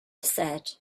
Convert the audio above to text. said